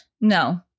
no